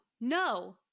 no